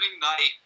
night